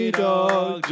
dog